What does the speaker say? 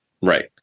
Right